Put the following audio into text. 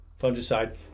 fungicide